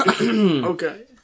Okay